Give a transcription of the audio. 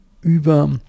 über